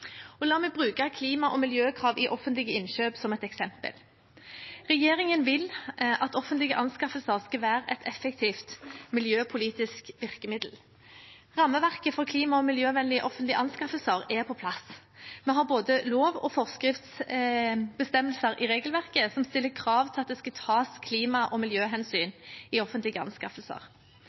La meg bruke klima- og miljøkrav i offentlige innkjøp som et eksempel. Regjeringen vil at offentlige anskaffelser skal være et effektivt miljøpolitisk virkemiddel. Rammeverket for klima- og miljøvennlige offentlige anskaffelser er på plass. Vi har både lov- og forskriftsbestemmelser i regelverket som stiller krav til at det skal tas klima- og miljøhensyn i offentlige anskaffelser. OECD har gjennomført en evaluering av arbeidet med bærekraftige offentlige anskaffelser